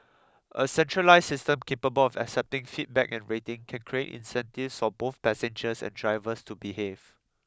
a centralised system capable of accepting feedback and rating can create incentives for both passengers and drivers to behave